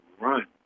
run